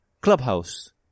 clubhouse